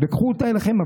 קחו אותה אליכם.